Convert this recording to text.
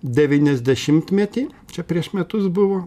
devyniasdešimtmetį čia prieš metus buvo